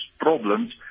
problems